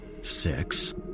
Six